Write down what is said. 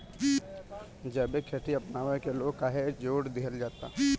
जैविक खेती अपनावे के लोग काहे जोड़ दिहल जाता?